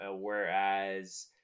whereas